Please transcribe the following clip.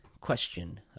question